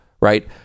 Right